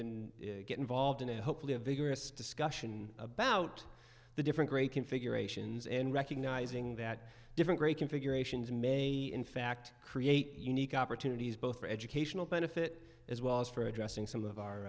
to get involved and hopefully a vigorous discussion about the different great configurations and recognizing that different great configurations may in fact create unique opportunities both for educational benefit as well as for addressing some of our